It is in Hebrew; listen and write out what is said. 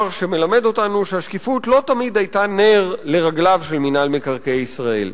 שמלמדות אותנו שהשקיפות לא תמיד היתה נר לרגליו של מינהל מקרקעי ישראל.